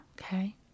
okay